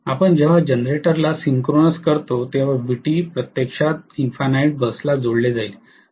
आपण जेव्हा जनरेटरला सिंक्रोनस करतो तेव्हा Vt प्रत्यक्षात इन्फिनिटी बसशी जोडले जाईल